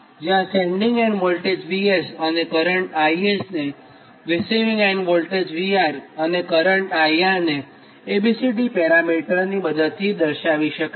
જ્યાં sending end voltage VS અને current IS ને રિસીવીંગ એન્ડ વોલ્ટેજ VR અને કરંટ IR ને A B C D પેરામિટરની મદદથી દર્શાવી શકાય છે